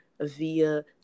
via